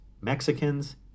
Mexicans